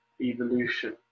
evolution